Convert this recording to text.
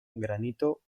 granito